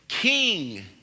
king